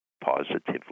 positively